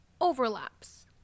overlaps